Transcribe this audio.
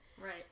Right